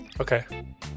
Okay